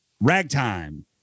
Ragtime